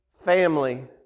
family